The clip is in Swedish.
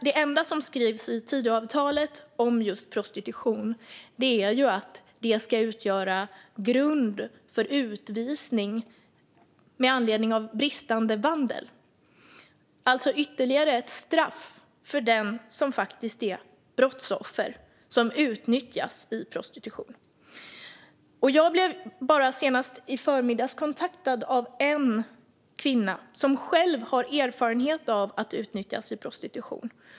Det enda som skrivs om just prostitution i Tidöavtalet är att det ska utgöra grund för utvisning med anledning av bristande vandel, alltså ytterligare ett straff för den som är brottsoffer och utnyttjas i prostitution. Jag blev senast i förmiddags kontaktad av en kvinna som själv har erfarenhet av att utnyttjas i prostitution.